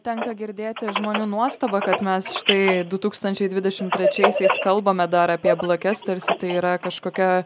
tenka girdėti žmonių nuostabą kad mes štai du tūkstančiai dvidešim trečiaisiais kalbame dar apie blakes tarsi tai yra kažkokia